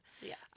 Yes